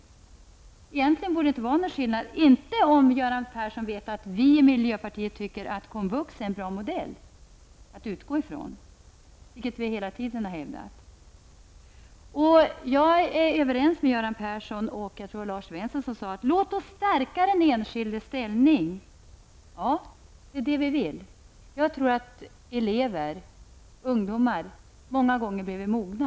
Egentligen borde det inte vara någon skillnad, inte om Göran Persson vet att vi i miljöpartiet tycker att komvux är en bra modell att utgå ifrån, vilket vi hela tiden har hävdat. Jag är ense med Göran Persson och Lars Svensson om att stärka den enskildes ställning. Det är det vi vill. Jag tror att ungdomar många gånger behöver mogna.